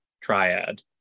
triad